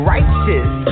Righteous